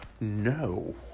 No